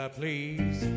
please